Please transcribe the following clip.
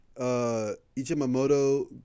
Ichimamoto